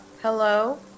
hello